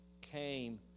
came